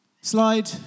Slide